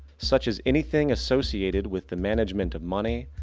such as anything assosiated with the management of money,